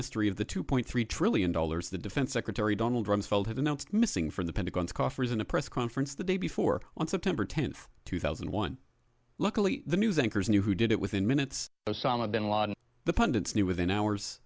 mystery of the two point three trillion dollars the defense secretary donald rumsfeld had announced missing from the pentagon's coffers in a press conference the day before on september tenth two thousand and one luckily the news anchors knew who did it within minutes osama bin laden the pundits knew within hours